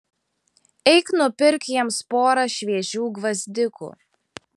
eik nupirk jiems porą šviežių gvazdikų